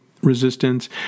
Resistance